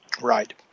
Right